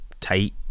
tight